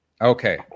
Okay